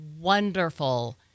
wonderful